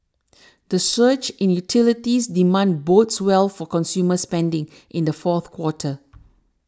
the surge in utilities demand bodes well for consumer spending in the fourth quarter